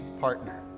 partner